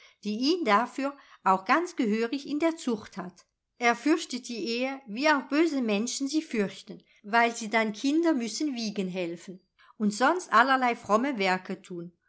die ihn dafür auch ganz gehörig in der zucht hat er fürchtet die ehe wie auch böse menschen sie fürchten weil sie dann kinder müssen wiegen helfen und sonst allerlei fromme werke tun